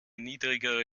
niedrigere